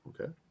okay